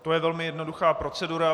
To je velmi jednoduchá procedura.